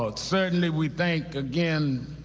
ah certainly we thank, again,